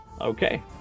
Okay